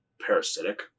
parasitic